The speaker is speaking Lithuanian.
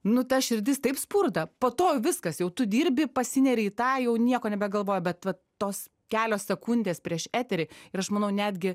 nu ta širdis taip spurda po to viskas jau tu dirbi pasineri į tą jau nieko nebegalvoji bet va tos kelios sekundės prieš eterį ir aš manau netgi